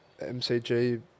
MCG